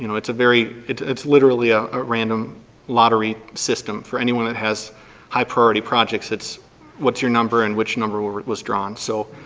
you know it's a very, it's literally ah a random lottery system. for anyone that has high priority projects, it's what's your number and which number was drawn. so,